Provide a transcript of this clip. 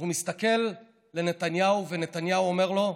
אז הוא מסתכל לנתניהו, ונתניהו אומר לו: